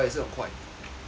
that means hor